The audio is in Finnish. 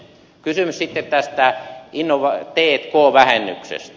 kysymys sitten tästä t k vähennyksestä